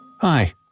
Hi